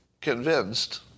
convinced